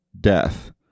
death